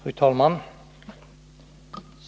Fru talman!